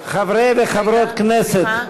חברי וחברות הכנסת,